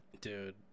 dude